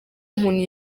umuntu